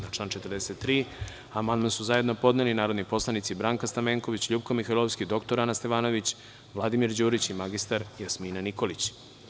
Na član 43. amandman su zajedno podneli narodni poslanici Branka Stamenković, LJupka Mihajlovska, dr Ana Stevanović, Vladimir Đurić i mr Jasmina Nikolić.